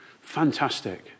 Fantastic